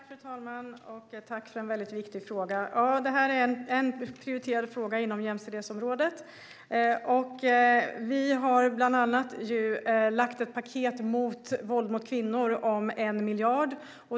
Fru talman! Tack för en viktig fråga! Detta är en prioriterad fråga inom jämställdhetsområdet. Regeringen har bland annat lagt fram ett paket mot våld mot kvinnor om 1 miljard.